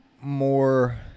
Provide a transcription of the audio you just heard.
more